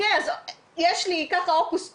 אז יש לי ככה הוקוס פוקוס,